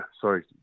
sorry